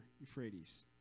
Euphrates